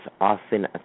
often